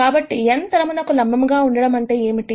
కాబట్టి n తలమునకు లంబముగా ఉండడం అంటే ఏమిటి